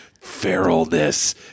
feralness